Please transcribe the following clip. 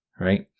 right